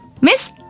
Miss